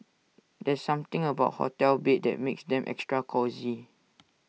there's something about hotel beds that makes them extra cosy